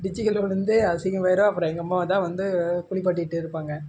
டிச்சுக்குள்ளே விழுந்து அசிங்கமாயிடும் அப்புறம் எங்கள் அம்மா தான் வந்து குளிப்பாட்டிவிட்டு இருப்பாங்க